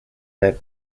like